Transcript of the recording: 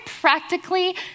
practically